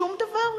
שום דבר?